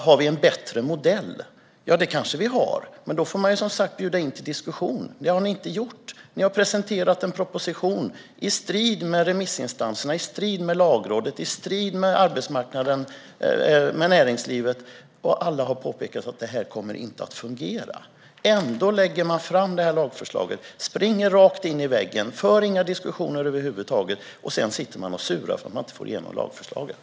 Har vi en bättre modell? Ja, det kanske vi har. Men då får man som sagt bjuda in till diskussion. Det har ni inte gjort. Ni har presenterat en proposition i strid med remissinstanserna, i strid med Lagrådet och i strid med arbetsmarknaden och näringslivet. Alla har påpekat att det inte kommer att fungera, och ändå lägger man fram detta lagförslag. Man springer rakt in i väggen och för inga diskussioner över huvud taget. Sedan surar man för att man inte får igenom lagförslaget.